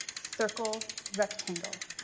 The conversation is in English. circle, rectangle.